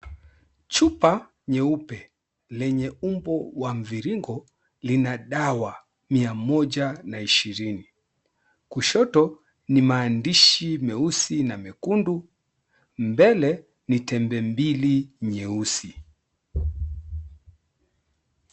Chupa nyeupe lenye umbo wa mviringo lina dawa mia moja na ishirini. Kushoto ni maandishi meusi na mekundu. Mbele ni tembe mbili nyeusi.